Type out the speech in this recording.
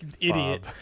idiot